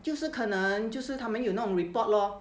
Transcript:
就是可能就是他们有 not report lah